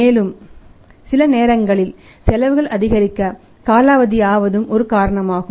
மேலும் சில நேரங்களில் செலவுகள் அதிகரிக்க காலாவதி ஆவதும் ஒரு காரணமாகும்